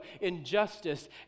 injustice